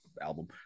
album